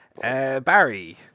Barry